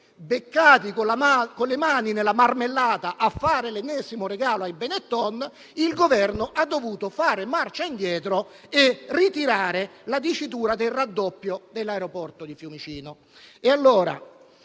beccato con le mani nella marmellata a fare l'ennesimo regalo ai Benetton, il Governo ha dovuto fare marcia indietro e ritirare il riferimento al raddoppio dell'aeroporto di Fiumicino.